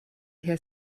hier